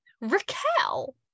Raquel